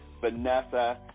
Vanessa